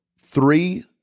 three